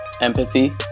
empathy